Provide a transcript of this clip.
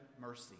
mercy